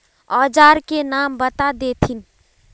औजार के नाम बता देथिन?